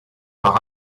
par